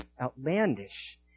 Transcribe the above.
outlandish